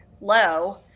low –